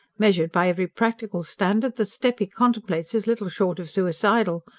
measured by every practical standard, the step he contemplates is little short of suicidal.